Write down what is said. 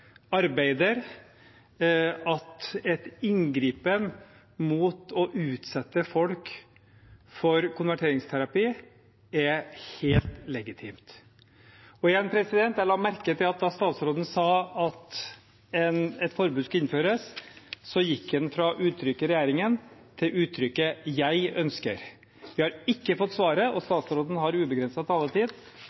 arbeider på at en inngripen mot å utsette folk for konverteringsterapi er helt legitimt. Og igjen: Jeg la merke til at da statsråden sa at et forbud skulle innføres, gikk han fra uttrykket «regjeringen ønsker» til uttrykket «jeg ønsker». Vi har ikke fått svaret – og statsråden har ubegrenset taletid